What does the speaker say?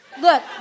Look